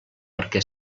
perquè